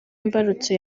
imbarutso